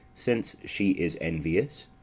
since she is envious.